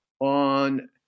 on